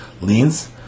leans